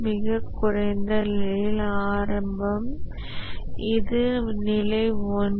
மிகக் குறைந்த நிலை ஆரம்பம் இது நிலை 1